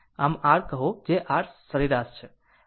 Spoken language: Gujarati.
આમ r માં કહો જે r સરેરાશ છે